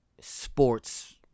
sports